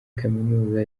kaminuza